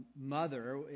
mother